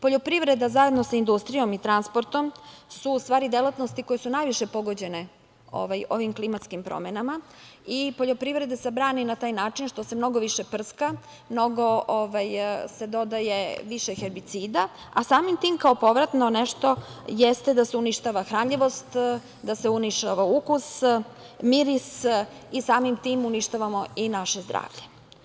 Poljoprivreda zajedno sa industrijom i transportnom su, u stvari delatnosti koji su najviše pogođene ovim klimatskim promenama i poljoprivreda se brani na taj način što se mnogo više prska, mnogo se dodaje više herbicida, a samim tim kao povratno nešto jeste da se uništava hranljivost, da se uništava ukus, miris i samim tim uništavamo i naše zdravlje.